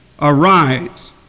Arise